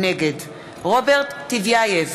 נגד רוברט טיבייב,